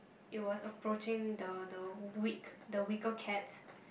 it was approaching the the weak the weaker cat